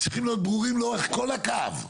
צריכים להיות ברורים לאורך כל הקו,